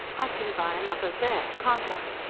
i can buy another there, can't i?